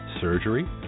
surgery